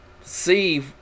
see